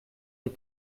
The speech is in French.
les